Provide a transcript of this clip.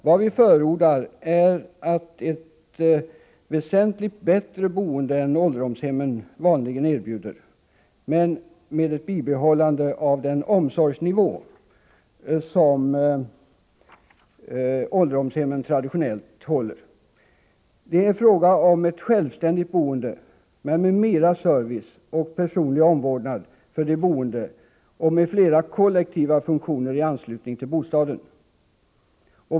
Vad vi förordar är ett väsentligt bättre boende än ålderdomshemmen vanligen erbjuder, men med bibehållande av den omsorgsnivå som ålderdomshemmen traditionellt håller. Det är fråga om ett självständigt boende, men med mera service och personlig omvårdnad för de boende och med flera kollektiva funktioner i anslutning till bostaden.